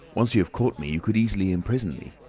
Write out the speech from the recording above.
once you've caught me you could easily imprison me.